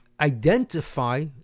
identify